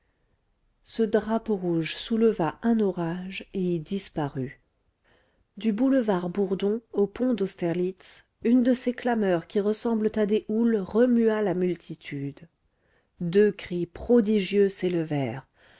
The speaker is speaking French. ce drapeau rouge souleva un orage et y disparut du boulevard bourdon au pont d'austerlitz une de ces clameurs qui ressemblent à des houles remua la multitude deux cris prodigieux